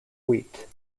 wheat